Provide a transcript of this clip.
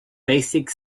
basic